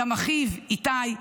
גם אחיו איתי,